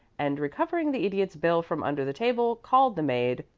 and recovering the idiot's bill from under the table, called the maid,